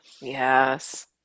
Yes